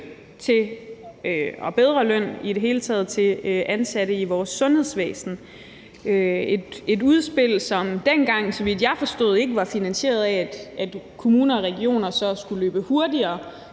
og i det hele taget bedre løn til ansatte i vores sundhedsvæsen. Det var et udspil, som dengang, så vidt jeg forstod, ikke var finansieret, ved at ansatte i kommuner og regioner så skulle løbe hurtigere,